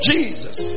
Jesus